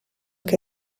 que